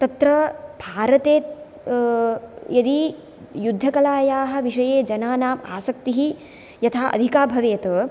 तत्र भारते यदि युद्धकलायाः विषये जनानाम् आसक्तिः यथा अधिका भवेत्